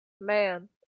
Man